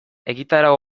egitarau